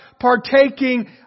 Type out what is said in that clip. partaking